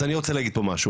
אז אני רוצה להגיד פה משהו,